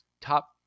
top